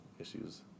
issues